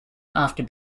after